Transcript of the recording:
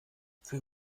für